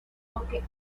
toque